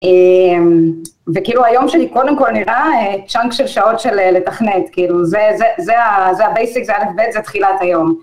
וכאילו היום שלי קודם כל נראה צ'אנק של שעות של לתכנת, כאילו זה ה-basic, זה ה-out of bed, זה תחילת היום.